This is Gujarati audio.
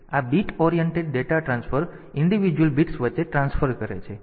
તેથી આ બીટ ઓરિએન્ટેડ ડેટા ટ્રાન્સફર વ્યક્તિગત બિટ્સ વચ્ચે ટ્રાન્સફર કરે છે